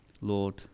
Lord